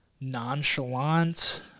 nonchalant